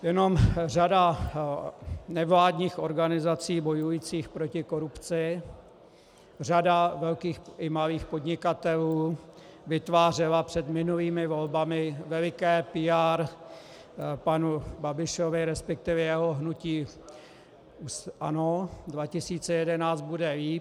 Jenom řada nevládních organizací bojujících proti korupci, řada velkých i malých podnikatelů vytvářela před minulými volbami veliké PR panu Babišovi, respektive jeho hnutí ANO 2011, bude líp.